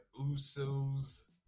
Usos